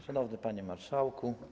Szanowny Panie Marszałku!